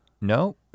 No